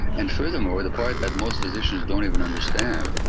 and furthermore, the part that most physicians don't even understand,